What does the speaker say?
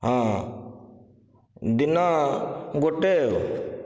ହଁ ଦିନ ଗୋଟିଏ ଆଉ